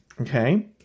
Okay